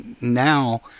now